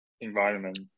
environment